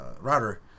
router